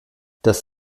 das